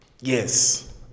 Yes